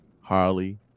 Harley